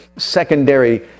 secondary